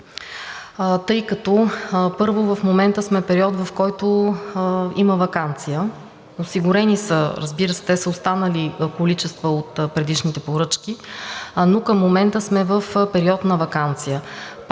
тъй като, първо, в момента сме в период, в който има ваканция. Осигурени са, разбира се, те са останали количества от предишните поръчки, но към момента сме в период на ваканция.